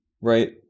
right